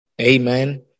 amen